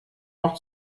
noch